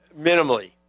Minimally